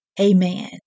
Amen